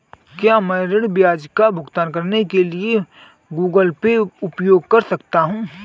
क्या मैं ऋण ब्याज का भुगतान करने के लिए गूगल पे उपयोग कर सकता हूं?